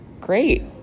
great